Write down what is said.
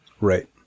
Right